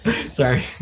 Sorry